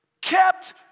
kept